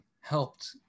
helped